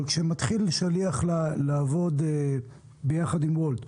אבל כששליח מתחיל לעבוד יחד עם וולט,